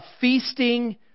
feasting